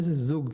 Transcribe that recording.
איזה זוג,